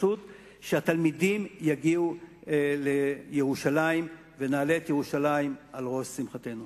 שהתלמידים יגיעו לירושלים ונעלה את ירושלים על ראש שמחתנו.